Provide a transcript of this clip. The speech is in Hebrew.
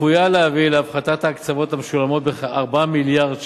צפויה להביא להפחתת ההקצבות המשולמות בכ-4 מיליארד ש"ח.